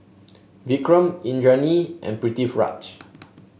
Vikram Indranee and Pritiviraj